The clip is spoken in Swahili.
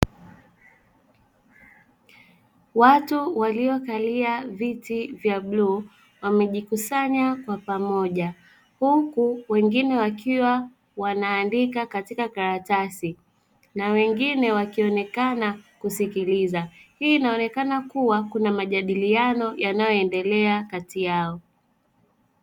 Watu waliokalia viti vya bluu wamejikusanya kwa pamoja, huku wengine wakiwa wanaandika katika karatasi na wengine wakionekana kusikiliza. Hii inaonekana kuwa kuna majadiliano yanayoendelea kati yao.